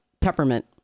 peppermint